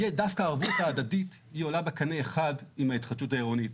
דווקא הערבות ההדדית היא עולה בקנה אחד עם ההתחדשות העירונית.